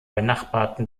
benachbarten